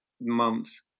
months